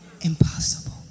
impossible